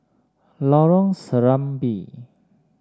Lorong Serambi